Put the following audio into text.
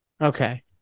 Okay